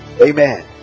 Amen